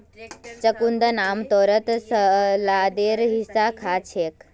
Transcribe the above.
चुकंदरक आमतौरत सलादेर हिस्सा खा छेक